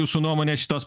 jūsų nuomone šitos